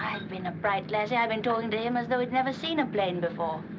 been a bright lassie. i've been talking to him as though he'd never seen a plane before.